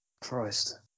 christ